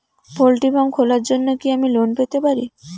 Poultry farm খোলার জন্য কি আমি লোন পেতে পারি?